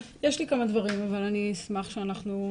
יש לי כמה דברים אבל אני אשמח לשמוע.